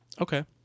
Okay